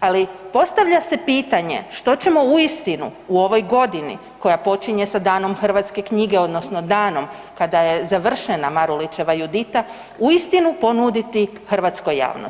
ali postavlja se pitanje što ćemo uistinu u ovoj godini koja počinje sa danom hrvatske knjige odnosno danom kada je završena Marulićeva Judita uistinu ponuditi hrvatskoj javnosti.